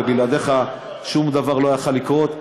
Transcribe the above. ובלעדיך שום דבר לא היה יכול לקרות.